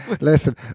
listen